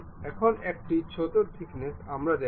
এখন একটি ছোট থিকনেস আমরা দেবো